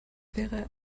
wäre